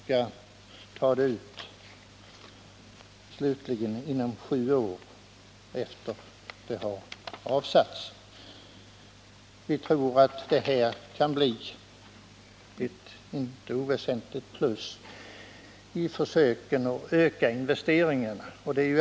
Uttaget skall vara gjort sju år efter det att avsättningen gjordes. Vi tror att detta kan bli ett icke oväsentligt plus i försöken att öka investeringarna.